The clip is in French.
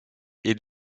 est